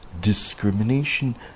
discrimination